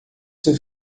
seu